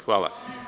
Hvala.